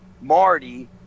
Marty